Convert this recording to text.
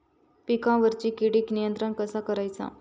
पिकावरची किडीक नियंत्रण कसा करायचा?